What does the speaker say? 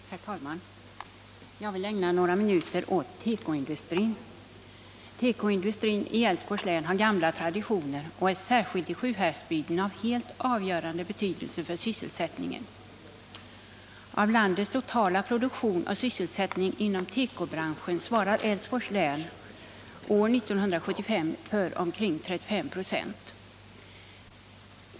Herr talman! Jag ägnar några minuter åt tekoindustrin. Tekoindustrin i Älvsborgs län har gamla traditioner och är särskilt i Sjuhäradsbygden av helt avgörande betydelse för sysselsättningen. Av landets totala produktion och sysselsättning inom tekobranschen svarade Älvsborgs län år 1975 för omkring 35 96.